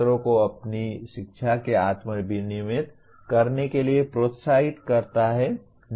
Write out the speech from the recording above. छात्रों को अपनी शिक्षा को आत्म विनियमित करने के लिए प्रोत्साहित करता है